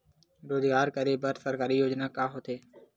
रोजगार करे बर सरकारी योजना का का होथे?